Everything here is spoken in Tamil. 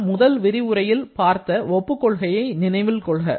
நாம் முதல் விரிவுரையில் பார்த்த ஒப்புக் கொள்கையை நினைவில் கொள்க